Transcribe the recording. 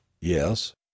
yes